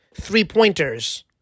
three-pointers